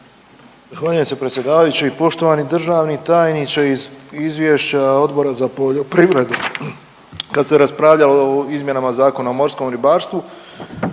Zahvaljujem se predsjedavajući. Poštovani državni tajniče, iz izvješća Odbora za poljoprivredu kad se raspravljalo o izmjenama Zakona o morskom ribarstvu